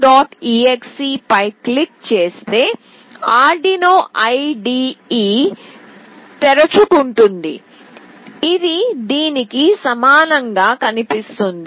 exe పై click చేస్తే arduino IDE తెరుచుకుంటుంది ఇది దీనికి సమానంగా కనిపిస్తుంది